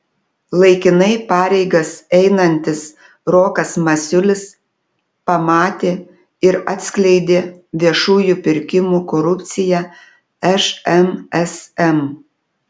laikinai pareigas einantis rokas masiulis pamatė ir atskleidė viešųjų pirkimų korupciją šmsm